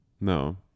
no